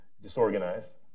disorganized